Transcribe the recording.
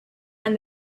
and